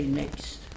next